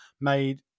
made